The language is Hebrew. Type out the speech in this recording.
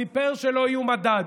סיפר שלא יהיה מדד.